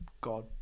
God